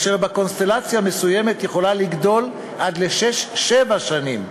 אשר בקונסטלציה מסוימת יכולה לגדול עד לשש-שבע שנים,